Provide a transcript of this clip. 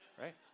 Right